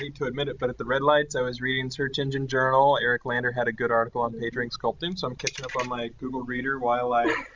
to to admit it, but at the red lights i was reading search engine journal. eric lander had a good article on page rank sculpting, so i'm catching on my google reader while i.